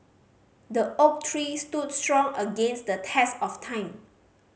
the oak tree stood strong against the test of time